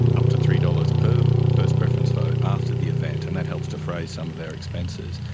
up to three dollars per first preference vote, after the event, and that helps defray some of their expenses.